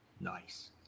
nice